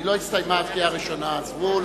היא לא הסתיימה, קריאה ראשונה, עזבו.